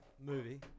movie